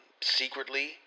Secretly